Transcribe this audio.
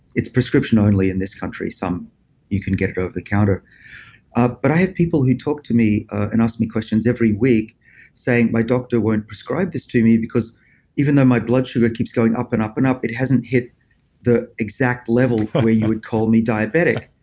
it's prescription only in this country you couldn't get it over the counter but i have people who talk to me and ask me questions every week saying, my doctor won't prescribe this to me because even though my blood sugar keeps going up and up and up, it hasn't hit the exact level where you would call me diabetic.